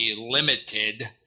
Limited